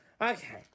Okay